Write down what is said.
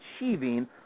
achieving